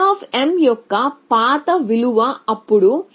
g యొక్క పాత విలువ అప్పుడు